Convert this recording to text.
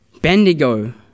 Bendigo